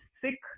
sick